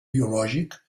biològic